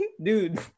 Dude